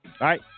right